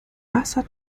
wasser